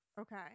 Okay